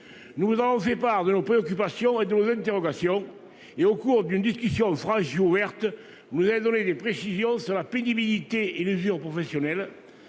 Nous en séparent de nos préoccupations et nos interrogations et au cours d'une discussion sera jus ouverte. Vous avez donné des précisions sur la pénibilité et les joueurs professionnels.